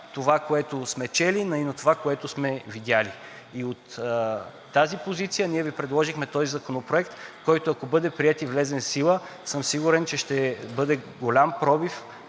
това, което сме чели, но и на това, което сме видели. От тази позиция ние Ви предложихме този законопроект, който, ако бъде приет и влезе в сила, съм сигурен, че ще бъде голям пробив